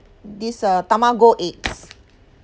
these uh tamago eggs